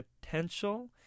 potential